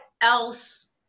else